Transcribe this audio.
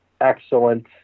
excellent